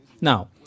Now